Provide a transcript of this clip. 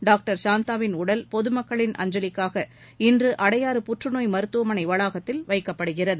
doctor சாந்தாவின் உடல் பொதுமக்களின் அஞ்சலிக்காக இன்று அடையாறு புற்றுநோய் மருத்துவமனை வளாகத்தில் வைக்கப்படுகிறது